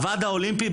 הוועד האולימפי,